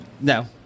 No